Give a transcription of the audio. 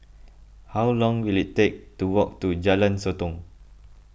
how long will it take to walk to Jalan Sotong